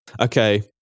Okay